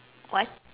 what